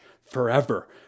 forever